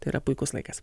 tai yra puikus laikas